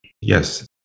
Yes